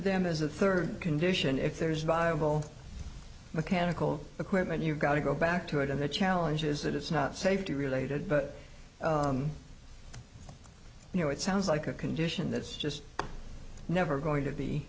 them as the third condition if there's a viable mechanical equipment you've got to go back to it of the challenge is that it's not safety related but you know it sounds like a condition that's just never going to be